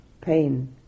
pain